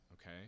okay